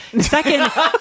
Second